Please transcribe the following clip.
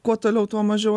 kuo toliau tuo mažiau